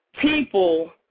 people